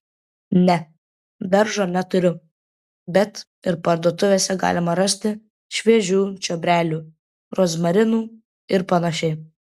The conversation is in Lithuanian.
ne daržo neturiu bet ir parduotuvėse galima rasti šviežių čiobrelių rozmarinų ir panašiai